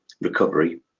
recovery